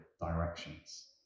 directions